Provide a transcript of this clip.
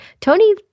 Tony